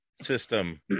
system